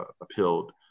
appealed